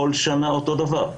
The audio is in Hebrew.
כל שנה אותו דבר.